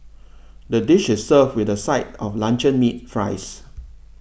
the dish is served with a side of luncheon meat fries